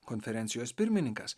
konferencijos pirmininkas